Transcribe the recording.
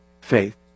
faith